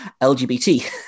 LGBT